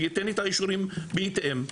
וייתן את האישורים בהתאם.